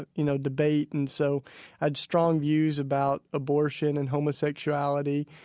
ah you know, debate. and so i had strong views about abortion and homosexuality.